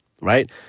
right